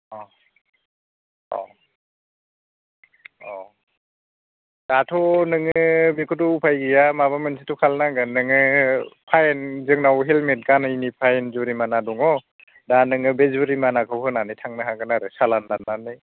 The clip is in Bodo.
अ अ औ दाथ' नोङो बेखौथ' उफाय गैया माबा मोनसेथ' खालायनांगोन नोङो फाइन जोंनाव हेलमेट गानैनि फाइन जुरिमाना दङ दा नोङो बे जुरिमानाखौ होनानै थांनो हागोन आरो सालान दाननानै